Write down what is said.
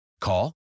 Call